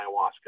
ayahuasca